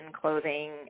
clothing